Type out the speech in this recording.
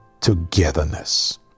togetherness